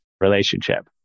relationship